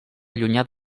allunyat